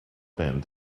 band